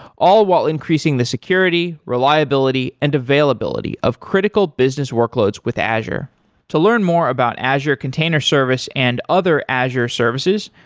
all while increasing the security, reliability and availability of critical business workloads with azure to learn more about azure container service and other azure services,